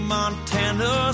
Montana